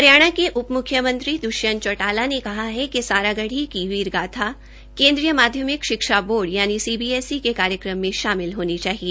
हरियाणा के उप म्ख्यमंत्री द्वष्यंत चौटाला ने कहा है कि सारागढ़ी की वीरगाथा केन्द्रीय माध्यमिक शिक्षाबोर्ड सीबीएसई के कार्यक्रम में शामिल होनी चाहिए